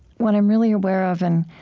what i'm really aware of and